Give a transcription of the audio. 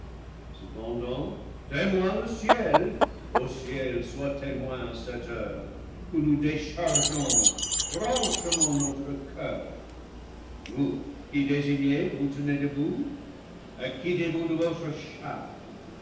cependant témoin le ciel ô ciel sois té moin à cette heure que nous déchargeons franchement notre coeur vous qui désignés vous tenez debout acquittez vous de votre